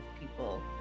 people